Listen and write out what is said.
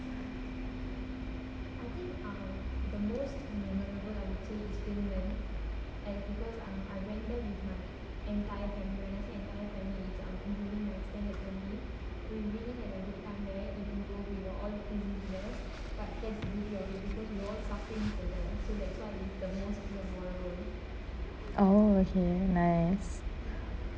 orh okay nice